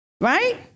right